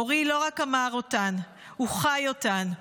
אורי לא רק אמר אותן, הוא חי אותן.